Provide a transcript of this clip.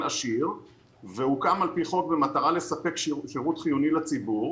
עשיר והוקם על פי חוק במטרה לספק שירות חיוני לציבור.